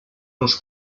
was